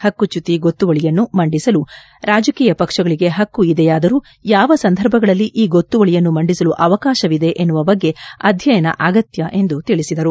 ಪಕ್ನು ಚ್ನುತಿ ಗೊತ್ತಿವಳಿಯನ್ನು ಮಂಡಿಸಲು ರಾಜಕೀಯ ಪಕ್ಷಗಳಿಗೆ ಪಕ್ನು ಇದೇಯಾದರೂ ಯಾವ ಸಂದರ್ಭಗಳಲ್ಲಿ ಈ ಗೊತ್ತುವಳಿಯನ್ನು ಮಂಡಿಸಲು ಅವಕಾಶವಿದೆ ಎನ್ನುವ ಬಗ್ಗೆ ಅಧ್ಯಯನ ಅಗತ್ಯ ಎಂದು ತಿಳಿಸಿದರು